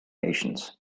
nations